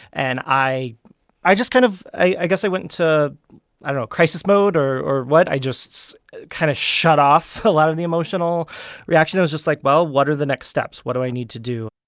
and i i just kind of i guess i went into i don't know crisis mode or or what. i just kind of shut off a lot of the emotional reaction. i was just like, well, what are the next steps? what do i need to do?